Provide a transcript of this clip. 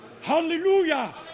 Hallelujah